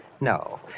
No